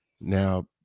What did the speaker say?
Now